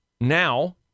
now